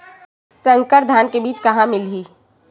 संकर धान के बीज कहां मिलही?